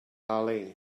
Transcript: ali